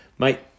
Mate